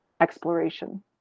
exploration